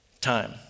Time